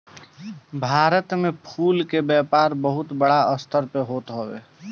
भारत में फूल के व्यापार बहुते बड़ स्तर पे होत हवे